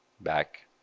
back